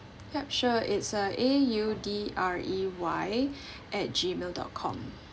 yup sure it's uh A U D R E Y at G mail dot com